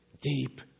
Deep